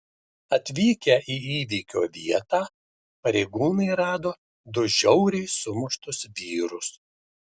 atvykę į įvykio vietą pareigūnai rado du žiauriai sumuštus vyrus